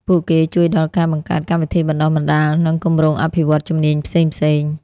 ពួកគេជួយដល់ការបង្កើតកម្មវិធីបណ្តុះបណ្តាល និងគម្រោងអភិវឌ្ឍន៍ជំនាញផ្សេងៗ។